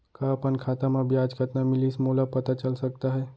का अपन खाता म ब्याज कतना मिलिस मोला पता चल सकता है?